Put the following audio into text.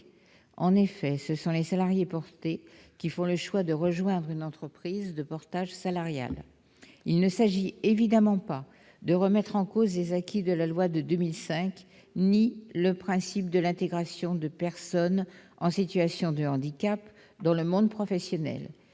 En effet, ce sont ces derniers qui font le choix de rejoindre une telle entreprise. Il ne s'agit évidemment pas de remettre en cause les acquis de la loi de 2005 ni le principe de l'intégration de personnes en situation de handicap dans le monde professionnel,